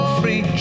free